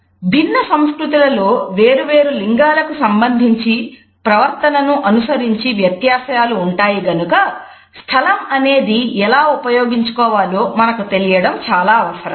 భిన్న సంస్కృతులలో వేరువేరు లింగాలకు సంబంధించి ప్రవర్తనను అనుసరించి వ్యత్యాసాలు ఉంటాయి గనుక స్థలం అనేది ఎలా ఉపయోగించుకోవాలో మనకు తెలియడం చాలా అవసరం